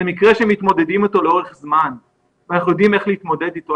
זה מקרה שמתמודדים אתו לאורך זמן ואנחנו יודעים איך להתמודד אתו,